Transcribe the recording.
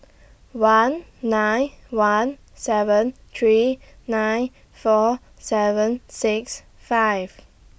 one nine one seven three nine four seven six five